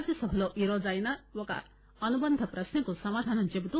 రాజ్యసభలో ఈరోజు ఆయన ఒక అనుబంధ ప్రక్నకు సమాధానం చెబుతూ